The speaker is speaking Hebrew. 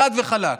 חד וחלק,